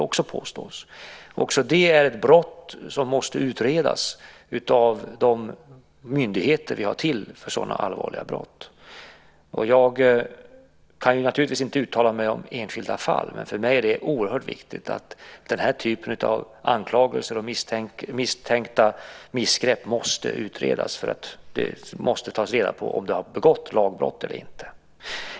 Också det är ett brott som måste utredas av de myndigheter som är till för att hantera sådana allvarliga brott. Jag kan naturligtvis inte uttala mig om enskilda fall, men för mig är det oerhört viktigt att den här typen av anklagelser och misstänkta missgrepp utreds. Det måste tas reda på om det har begåtts lagbrott eller inte.